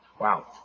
Wow